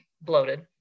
bloated